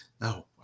no